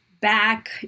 back